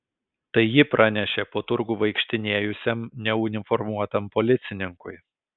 tai ji pranešė po turgų vaikštinėjusiam neuniformuotam policininkui